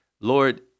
Lord